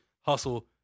hustle